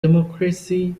democracy